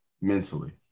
mentally